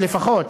לפחות,